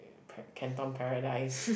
Pa~ Canton Paradise